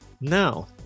Now